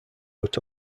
but